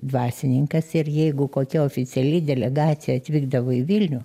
dvasininkas ir jeigu kokia oficiali delegacija atvykdavo į vilnių